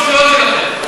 תפסיקו עם השטויות שלכם.